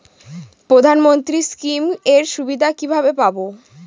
প্রধানমন্ত্রী স্কীম এর সুবিধা কিভাবে পাবো?